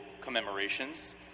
commemorations